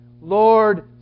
Lord